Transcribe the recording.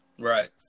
Right